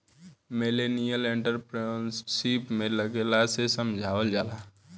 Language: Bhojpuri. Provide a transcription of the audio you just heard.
मिलेनियल एंटरप्रेन्योरशिप में लोग के समझावल जाला